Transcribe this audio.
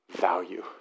value